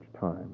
time